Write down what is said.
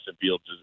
Fields